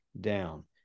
down